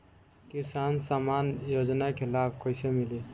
किसान सम्मान योजना के लाभ कैसे मिली?